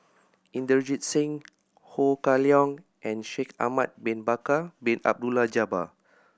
Inderjit Singh Ho Kah Leong and Shaikh Ahmad Bin Bakar Bin Abdullah Jabbar